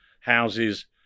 houses